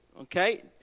Okay